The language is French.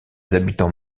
habitants